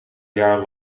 jaar